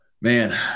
Man